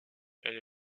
elle